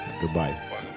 Goodbye